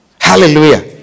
Hallelujah